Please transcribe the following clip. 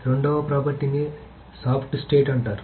రెండవ ప్రాపర్టీని soft state అంటారు